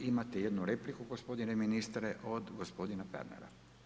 Imate jednu repliku gospodine ministre, od gospodina Pernara.